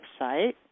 website